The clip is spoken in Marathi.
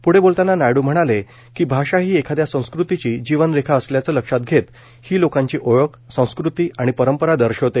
प्ढे बोलतांना नायडू म्हणाले की भाषा ही एखाद्या संस्कृतीची जीवनरेखा असल्याचं लक्षात घेत ही लोकांची ओळख संस्कृती आणि परंपरा दर्शवते